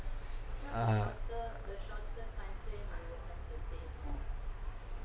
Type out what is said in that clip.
uh uh